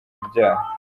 ibyaha